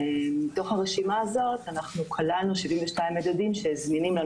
ומתוך הרשימה הזאת אנחנו כללנו 72 מדדים שזמינים לנו